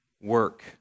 work